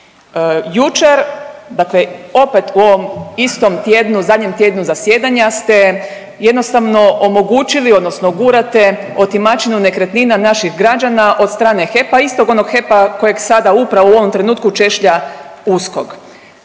Jučer, dakle opet u ovom istom tjednu, zadnjem tjednu zasjedanja ste jednostavno omogućili odnosno gurate otimačinu nekretnina naših građana od strane HEP-a, istog onog HEP-a kojeg sada upravo u ovom trenutku češlja USKOK.